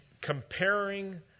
comparing